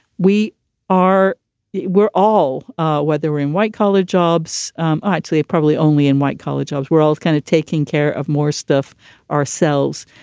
we are we're all whether we're in white collar jobs. i um actually probably only in white collar jobs. we're all kind of taking care of more stuff ourselves.